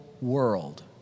world